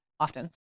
often